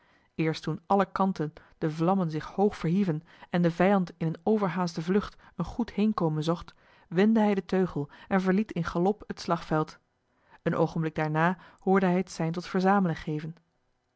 eerst toen aan alle kanten de vlammen zich hoog verhieven en de vijand in eene overhaaste vlucht een goed heenkomen zocht wendde hij den teugel en verliet in galop het slagveld een oogenblik daarna hoorde hij het sein tot verzamelen geven